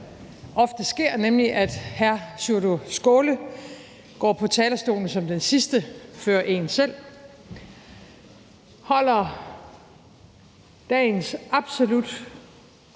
ofte sker, nemlig at hr. Sjúrður Skaale går på talerstolen som den sidste før en selv, og holder dagens absolut